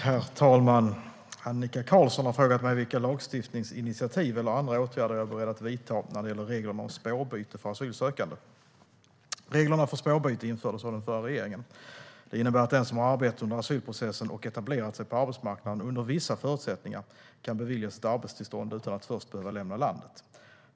Herr talman! Annika Qarlsson har frågat mig vilka lagstiftningsinitiativ eller andra åtgärder jag är beredd att vidta när det gäller reglerna om spårbyte för asylsökande. Reglerna för spårbyte infördes av den förra regeringen. De innebär att den som har arbetat under asylprocessen och etablerat sig på arbetsmarknaden under vissa förutsättningar kan beviljas ett arbetstillstånd utan att först behöva lämna landet.